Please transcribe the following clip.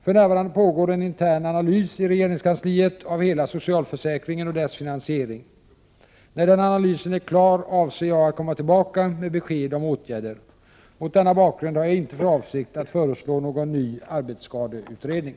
För närvarande pågår en intern analys i regeringskansliet av hela socialförsäkringen och dess finansiering. När den analysen är klar avser jag att komma tillbaka med besked om åtgärder. Mot denna bakgrund har jag inte för avsikt att föreslå någon ny arbetsskadeutredning.